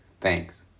Thanks